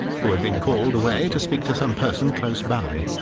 who had been called away to speak to some person close by,